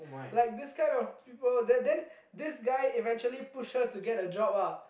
like this kind of people then then this guy eventually push her to get a job ah